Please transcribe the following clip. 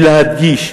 ולהדגיש,